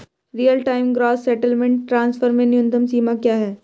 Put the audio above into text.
Real time gross settlement transfer में न्यूनतम सीमा क्या है?